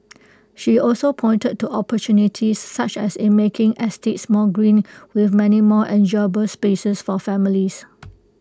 she also pointed to opportunities such as in making estates more green with many more enjoyable spaces for families